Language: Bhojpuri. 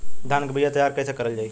धान के बीया तैयार कैसे करल जाई?